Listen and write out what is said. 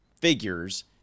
figures